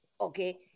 Okay